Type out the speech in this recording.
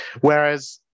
Whereas